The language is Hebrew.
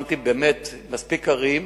שמתי באמת מספיק ערים.